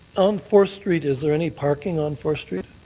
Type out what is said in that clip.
on fourth street, is there any parking on fourth street?